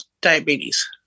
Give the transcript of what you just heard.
diabetes